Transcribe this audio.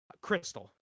Crystal